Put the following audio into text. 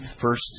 first